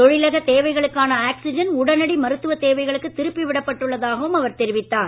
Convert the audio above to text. தொழிலக தேவைகளுக்கான மருத்துவ தேவைகளுக்கு திருப்பி விடப்பட்டுள்ளதாகவும் அவர் தெரிவித்தார்